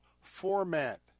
format